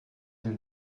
del